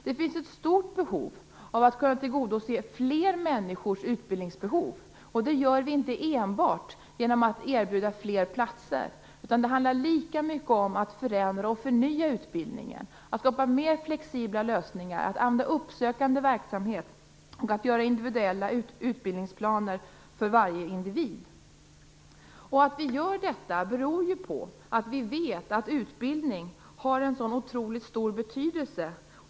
Det finns ett stort behov av att kunna tillgodose fler människors utbildningsbehov. Det gör vi inte enbart genom att erbjuda fler platser. Det handlar lika mycket om att förändra och förnya utbildningen, att skapa mer flexibla lösningar, att bedriva uppsökande verksamhet och att göra individuella utbildningsplaner för varje individ. Att vi gör detta beror på att vi vet att utbildning har en så otroligt stor betydelse.